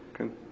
Okay